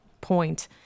point